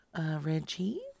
Reggie